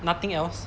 nothing else